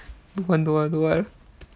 don't want don't want don't want